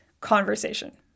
conversation